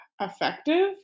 effective